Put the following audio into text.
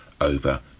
over